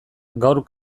gaur